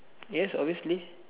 yes obviously